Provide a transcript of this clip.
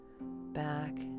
back